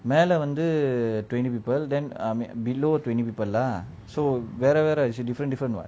மேல வந்து:mela vanthu twenty people then below twenty people lah so வேற வேற ஆயிடுச்சு:vera vera aayiduchu different different one